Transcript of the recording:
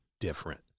different